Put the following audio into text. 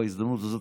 בהזדמנות הזאת,